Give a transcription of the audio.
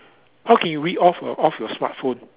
how can you read off your off your smart phone